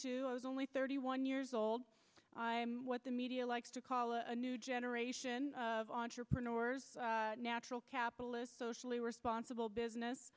two i was only thirty one years old i am what the media likes to call a new generation of entrepreneurs natural capitalist socially responsible business